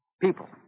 People